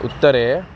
उत्तरे